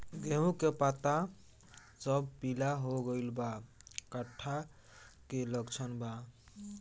गेहूं के पता सब पीला हो गइल बा कट्ठा के लक्षण बा?